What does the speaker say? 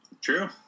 True